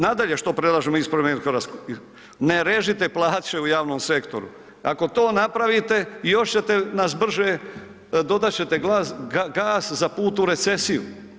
Nadalje što predlažemo iz Promijenimo Hrvatsku, ne režite plaće u javnom sektoru, ako to napravite još ćete nas brže, dodat ćete gas za put u recesiju.